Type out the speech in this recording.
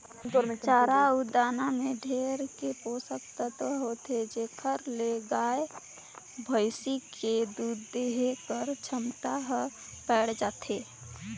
चारा अउ दाना में ढेरे के पोसक तत्व होथे जेखर ले गाय, भइसी के दूद देहे कर छमता हर बायड़ जाथे